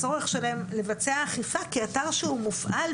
לבצע אכיפה כי אתר שהוא מופעל,